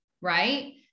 right